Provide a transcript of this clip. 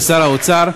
לשר האוצר,